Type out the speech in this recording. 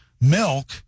milk